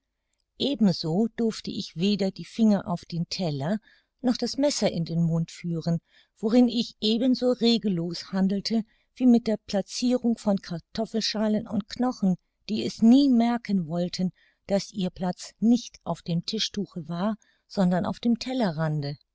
ebenso durfte ich weder die finger auf den teller noch das messer in den mund führen worin ich ebenso regellos handelte wie mit der placirung von kartoffelschalen und knochen die es nie merken wollten daß ihr platz nicht auf dem tischtuche war sondern auf dem tellerrande